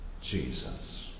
Jesus